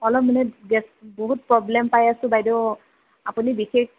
অলপ মানে গেছ বহুত প্ৰব্লেম পাই আছোঁ বাইদেউ আপুনি বিশেষ